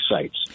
sites